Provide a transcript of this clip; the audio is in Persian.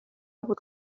بود